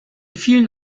vielen